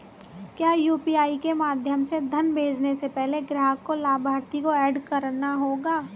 क्या यू.पी.आई के माध्यम से धन भेजने से पहले ग्राहक को लाभार्थी को एड करना होगा?